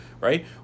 right